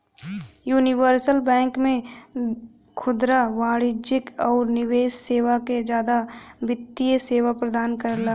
universal bank में खुदरा वाणिज्यिक आउर निवेश सेवा क जादा वित्तीय सेवा प्रदान करला